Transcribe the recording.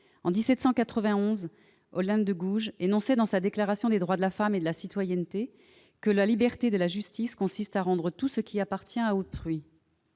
En 1791, Olympe de Gouges énonçait dans sa Déclaration des droits de la femme et de la citoyenne que « la liberté et la justice consistent à rendre tout ce qui appartient à autrui